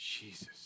Jesus